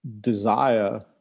desire